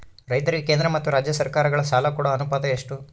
ರೈತರಿಗೆ ಕೇಂದ್ರ ಮತ್ತು ರಾಜ್ಯ ಸರಕಾರಗಳ ಸಾಲ ಕೊಡೋ ಅನುಪಾತ ಎಷ್ಟು?